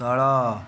ତଳ